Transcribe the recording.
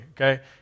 okay